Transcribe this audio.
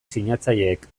sinatzaileek